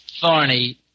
Thorny